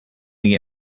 gonna